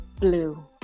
Blue